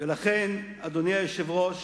ולכן, אדוני היושב-ראש,